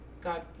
God